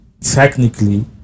technically